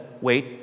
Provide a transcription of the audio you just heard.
Wait